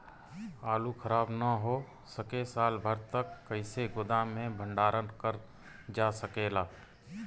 आलू खराब न हो सके साल भर तक कइसे गोदाम मे भण्डारण कर जा सकेला?